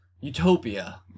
Utopia